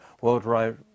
worldwide